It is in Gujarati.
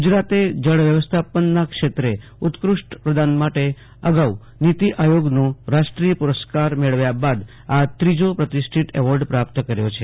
ગુજરાતે જળ વ્યવસ્થાપન ક્ષેત્રે ઉતકૃષ્ટ પ્રદાન માટે આ અગાઉ નીતિ આયોગનો રાષ્ટ્રીય પુરસ્કાર મેળવ્યાબાદ આ ત્રીજો પ્રતિષ્ઠિત એવોર્ડ પ્રાપ્ત કર્યો છે